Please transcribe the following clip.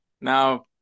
Now